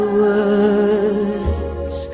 words